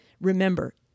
Remember